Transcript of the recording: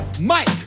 Mike